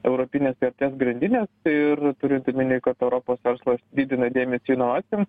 europinės vertės grandines ir turint omeny kad europos verslas didina dėmesį inovacijom